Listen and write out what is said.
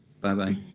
Bye-bye